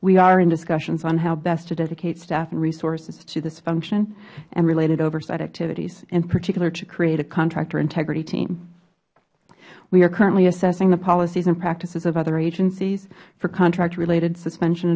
we are in discussions on how best to dedicate staff and resources to this function and related oversight activities and in particular to create a contractor integrity team we are currently assessing the policies and practices of other agencies for contract related suspension